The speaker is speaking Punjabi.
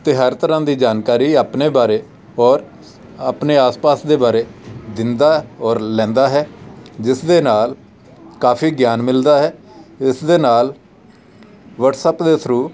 ਅਤੇ ਹਰ ਤਰ੍ਹਾਂ ਦੀ ਜਾਣਕਾਰੀ ਆਪਣੇ ਬਾਰੇ ਔਰ ਆਪਣੇ ਆਸ ਪਾਸ ਦੇ ਬਾਰੇ ਦਿੰਦਾ ਔਰ ਲੈਂਦਾ ਹੈ ਜਿਸ ਦੇ ਨਾਲ ਕਾਫੀ ਗਿਆਨ ਮਿਲਦਾ ਹੈ ਇਸ ਦੇ ਨਾਲ ਵਟਸਐਪ ਦੇ ਥਰੂ